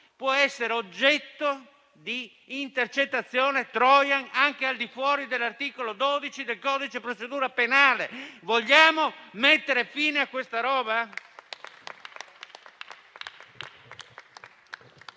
può essere oggetto di intercettazione *trojan* anche al di fuori dell'articolo 12 del codice di procedura penale. Vogliamo mettere fine a tutto ciò?